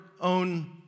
own